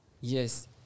Yes